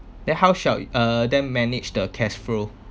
then how shall uh then manage the cash flow